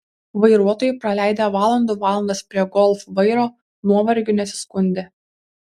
vairuotojai praleidę valandų valandas prie golf vairo nuovargiu nesiskundė